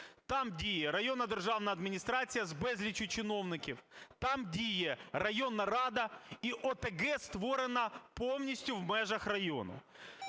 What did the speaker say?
Там діє районна державна адміністрація з безліччю чиновників. Там діє районна рада. І ОТГ створена повністю в межах району.